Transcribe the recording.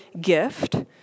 gift